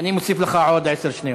אני מוסיף לך עוד עשר שניות.